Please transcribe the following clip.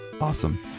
Awesome